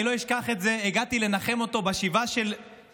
אני לא אשכח את זה: הגעתי לנחם אותו בשבעה של אימו,